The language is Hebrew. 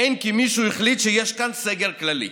אין כי מישהו החליט שיש כאן סגר כללי,